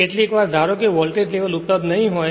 કેટલીકવાર ધારો કે વોલ્ટેજ લેવલ ઉપલબ્ધ નહીં હોય